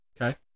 Okay